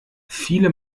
viele